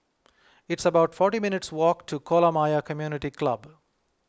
it's about forty minutes' walk to Kolam Ayer Community Club